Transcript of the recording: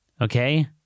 Okay